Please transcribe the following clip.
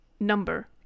Number